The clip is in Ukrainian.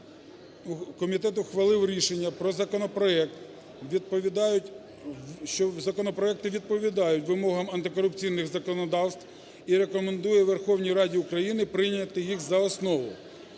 комітет ухвалив рішення, що законопроекти відповідають вимогам антикорупційного законодавства і рекомендує Верховній Раді України прийняти їх за основу.